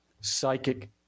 psychic